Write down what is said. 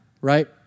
right